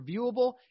reviewable